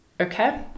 okay